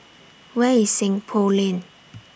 Where IS Seng Poh Lane